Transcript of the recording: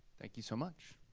thank you so much.